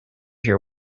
here